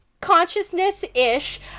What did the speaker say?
Consciousness-ish